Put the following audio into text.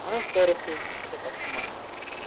اَہن حظ تَتھ بَنٲیِتھ